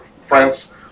France